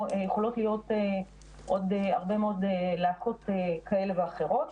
יכולות להיות עוד הרבה מאוד להקות כאלה ואחרות.